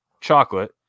chocolate